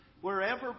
wherever